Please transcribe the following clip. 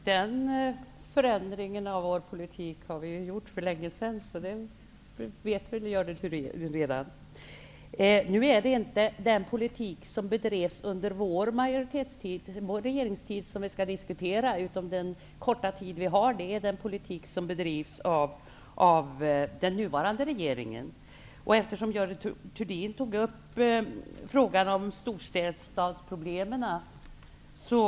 Herr talman! Den förändringen av vår politik gjorde vi för länge sedan, och det vet väl Görel Thurdin redan. Nu är det inte den politik som bedrevs under Socialdemokraternas regeringstid som skall diskuteras utan den politik som under en kort tid har bedrivits av den nuvarande regeringen. Görel Thurdin tog upp frågan om storstadsproblemen.